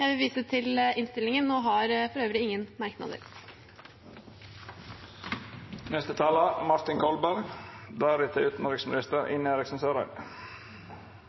Jeg vil vise til innstillingen og har for øvrig ingen